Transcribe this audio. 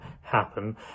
happen